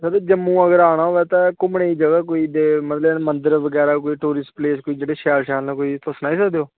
sir Jammu अगर आना होऐ ते घूमने गी जगह कोई तलब मंदर बगैरा कोई टूरिस्ट प्लेस जेह्ड़े शैल शैल न कोई तुस सनाई सकदे ओ